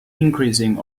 increasing